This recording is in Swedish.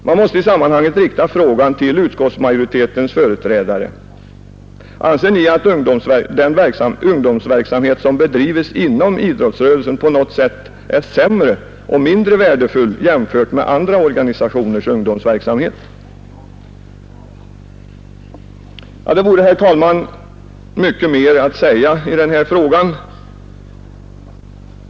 Man måste i detta sammanhang rikta följande fråga till utskottsmajoritetens företrädare: Anser ni att den ungdomsverksamhet som bedrivs inom idrottsrörelsen på något sätt är sämre och mindre värdefull i jämförelse med andra organisationers ungdomsverksamhet? Det vore, herr talman, mycket mer att säga i denna fråga.